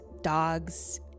dogs